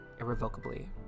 irrevocably